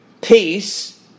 peace